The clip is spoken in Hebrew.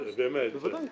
בבקשה.